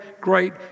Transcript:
great